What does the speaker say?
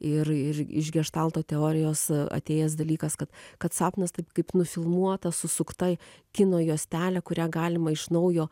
ir ir iš geštalto teorijos atėjęs dalykas kad kad sapnas taip kaip nufilmuota susukta kino juostelė kurią galima iš naujo